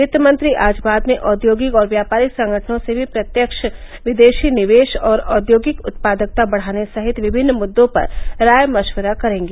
वित्तमंत्री आज बाद में औद्योगिक और व्यापारिक संगठनों से भी प्रत्यक्ष विदेशी निवेश और औद्योगिक उत्पादकता बढ़ाने सहित विभिन्न मुद्दों पर राय मश्विरा करेंगी